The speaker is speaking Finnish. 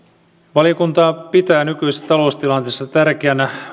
valiokunta pitää nykyisessä taloustilanteessa tärkeänä